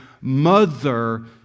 mother